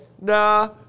nah